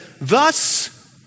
thus